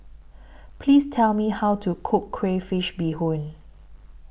Please Tell Me How to Cook Crayfish Beehoon